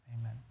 Amen